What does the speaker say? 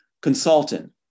Consultant